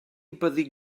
byddi